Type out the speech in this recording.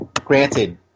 granted